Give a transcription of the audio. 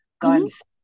God's